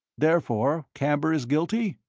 therefore camber is guilty?